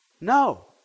No